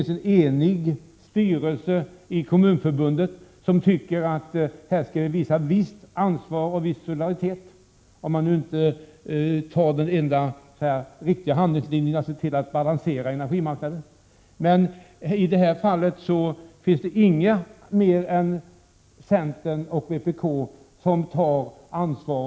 Mot den bakgrunden beslutade Svenska kommunförbundets styrelse enhälligt att dessa förluster borde bäras solidariskt av alla, genom bidrag från staten. Framställning gjordes till regeringen. Men det viktigaste är att man ser till att det blir balans på energimarknaden. I det fallet är det dock bara centern och vpk som tar ett ansvar.